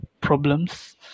problems